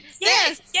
Yes